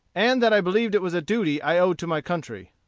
and that i believed it was a duty i owed to my country.